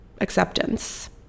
acceptance